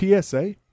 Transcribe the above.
PSA